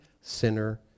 sinner